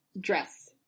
dress